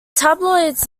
tabloids